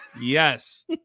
Yes